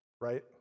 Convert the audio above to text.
right